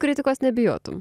kritikos nebijotum